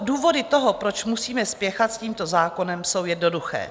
Důvody toho, proč musíme spěchat s tímto zákonem, jsou jednoduché.